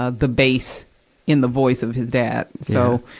ah the bass in the voice of his dad. so,